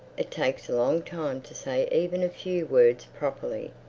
it takes a long time to say even a few words properly.